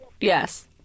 Yes